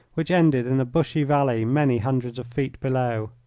which ended in a bushy valley many hundreds of feet below.